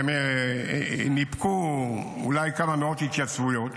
וניפקו אולי כמה מאות התייצבויות,